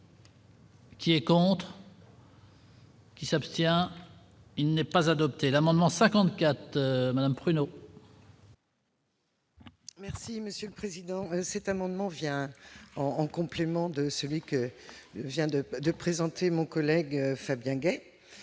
Qui et quand. Qui s'abstient, il n'est pas adopté l'amendement 54 Madame pruneaux. Merci monsieur le président c'est amendement vient en en complément de celui que vient de de présenter mon collègue Fabien Guez